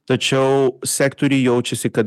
tačiau sektoriuj jaučiasi kad